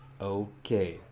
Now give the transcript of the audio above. Okay